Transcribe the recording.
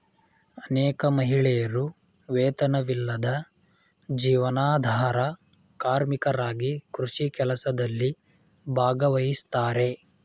ಅನೇಕ ಮಹಿಳೆಯರು ವೇತನವಿಲ್ಲದ ಜೀವನಾಧಾರ ಕಾರ್ಮಿಕರಾಗಿ ಕೃಷಿ ಕೆಲಸದಲ್ಲಿ ಭಾಗವಹಿಸ್ತಾರೆ